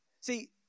See